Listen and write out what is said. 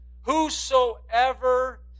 Whosoever